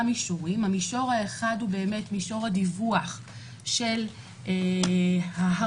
מישורים: המישור האחד הוא מישור הדיווח של ההרשעות